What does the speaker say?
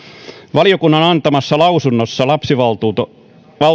valiokunnan antamassa lausunnossa lapsivaltuutetun